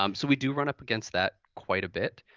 um so we do run up against that quite a bit.